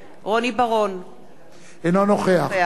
אינו נוכח אבישי ברוורמן,